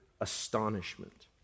astonishment